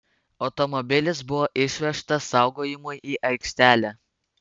automobilis buvo išvežtas saugojimui į aikštelę